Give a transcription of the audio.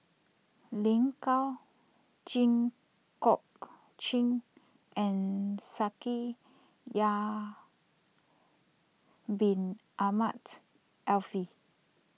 Lin Gao Jit Koon Ch'ng and Shaikh Yahya Bin Ahmed Afifi